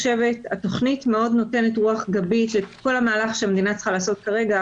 התוכנית מאוד נותנת רוח גבית לכל המהלך שהמדינה צריכה לעשות כרגע,